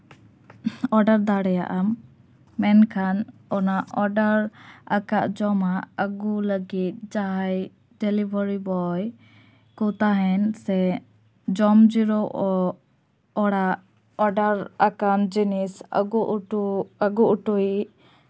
order ᱫᱟᱲᱮᱭᱟᱜᱼᱟᱢ ᱢᱮᱱᱠᱷᱟᱱ ᱚᱱᱟ ᱚᱰᱟᱨ ᱟᱠᱟᱫ ᱡᱚᱢᱟᱜ ᱟᱹᱜᱩ ᱞᱟᱹᱜᱤᱫ ᱡᱟᱦᱟᱸᱭ ᱰᱮᱞᱤᱵᱷᱟᱨᱤ ᱵᱚᱭ ᱠᱚ ᱛᱟᱦᱮᱱ ᱥᱮ ᱡᱚᱢ ᱡᱤᱨᱟᱹᱣ ᱚᱲᱟᱜ ᱚᱰᱟᱨ ᱟᱠᱟᱱ ᱡᱤᱱᱤᱥ ᱟᱹᱜᱩ ᱚᱴᱚ ᱟᱹᱜᱩ ᱚᱴᱚᱭᱤᱡ